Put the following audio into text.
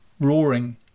roaring